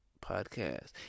podcast